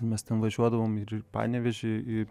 mes ten važiuodavom ir į panevėžį